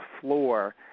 floor